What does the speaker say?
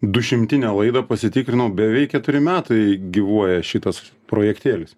dušimtinę laidą pasitikrinau beveik keturi metai gyvuoja šitas projektėlis